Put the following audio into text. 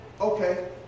okay